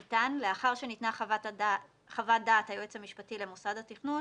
ומתן רשות דיבור בידי יושב-ראש מוסד התכנון